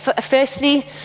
Firstly